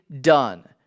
done